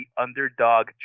underdog